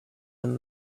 and